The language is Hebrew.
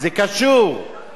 זה קשור, זה קשור בדבר אחד,